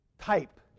type